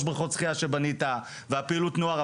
בריכות השחייה שבנית ופעילות הנוער,